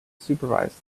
supervise